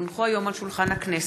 כי הונחו היום על שולחן הכנסת,